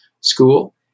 school